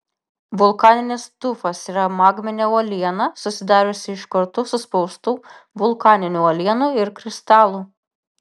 vulkaninis tufas yra magminė uoliena susidariusi iš kartu suspaustų vulkaninių uolienų ir kristalų